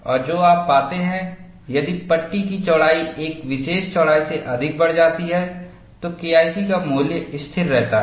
और जो आप पाते हैं यदि पट्टी की चौड़ाई एक विशेष चौड़ाई से अधिक बढ़ जाती है तो केआईसी का मूल्य स्थिर रहता है